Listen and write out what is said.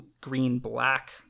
green-black